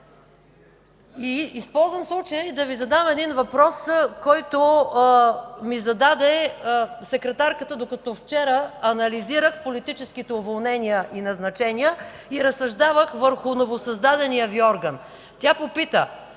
Използвам случая и да Ви задам един въпрос, който ми зададе секретарката, докато вчера анализирах политическите уволнения и назначения и разсъждавах върху новосъздадения Ви орган. Тя попита: